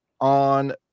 on